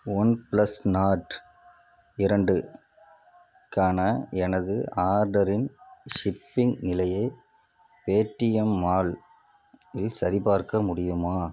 one plus Nord இரண்டு க்கான எனது ஆர்டரின் ஷிப்பிங் நிலையை பேடிஎம் மால் இல் சரிபார்க்க முடியுமா